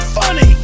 funny